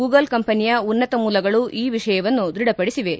Google ಕಂಪನಿಯ ಉನ್ನತ ಮೂಲಗಳು ಈ ವಿಷಯವನ್ನು ದೃಢಪಡಿಸಿವೆ